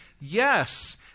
yes